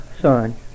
son